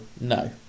no